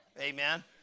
Amen